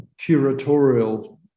curatorial